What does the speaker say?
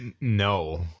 No